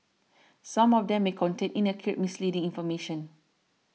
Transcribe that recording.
some of them may contain inaccurate misleading information